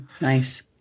Nice